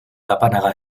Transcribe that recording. kapanaga